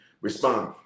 Respond